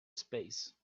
space